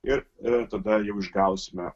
ir ir tada jau išgausime